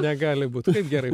negali būt kaip gerai